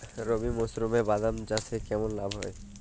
রবি মরশুমে বাদাম চাষে কেমন লাভ হয়?